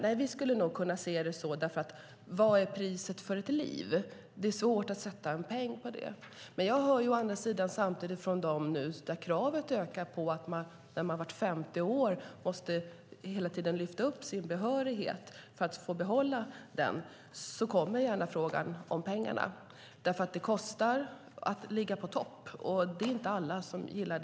Nej, vi skulle nog kunna se det så, för vad är priset för ett liv? Det är svårt att sätta ett pris på det. Men från dem som det vart femte år ställs ökade krav på för att de ska få behålla körkortsbehörigheten talas det också om pengarna. Det kostar nämligen att ligga på topp, vilket inte alla gillar.